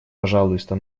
пожалуйста